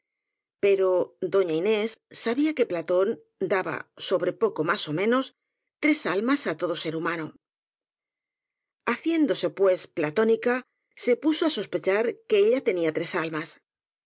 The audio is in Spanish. pero doña inés sabía que platón daba sobre poco más ó menos tres almas á todo ser humano ha ciéndose pues platónica se puso á sospechar que ella tenía tres almas